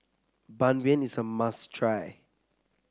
Ban Mian is a must try